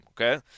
Okay